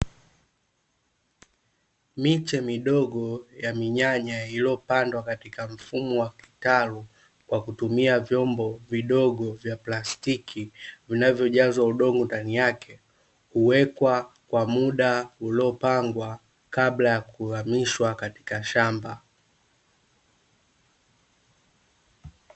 Miche midogo ya minyanya iliyopandwa katika mfumo wa kitalu, kwa kutumia vyombo vidogo vya plastiki, vinavyojazwa udongo ndani yake. Huwekwa kwa muda uliopangwa kabla ya kuhamishwa katika shamba.